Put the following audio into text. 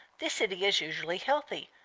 the city is usually healthy,